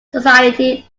society